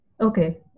Okay